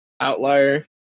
Outlier